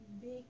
big